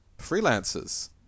freelancers